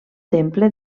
temple